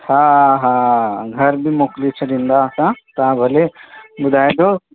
हा हा हा घरु बि मोकिले छॾींदा असां तव्हां भले ॿुधाइजो